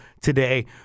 today